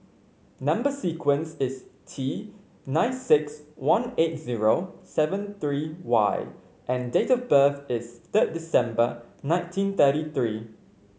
number sequence is T nine six one eight zero seven three Y and date of birth is third December nineteen thirty three